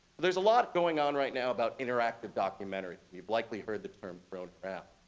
there's a lot going on right now about interactive documentaries. you've likely heard the term thrown around.